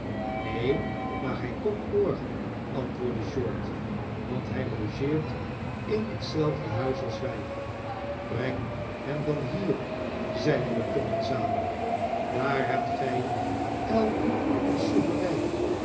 maar hij komt morgen antwoordde short want hij logeert in hetzelfde huis als wij breng hem dan hier zeide de commensaal daar hebt gij elk een souverein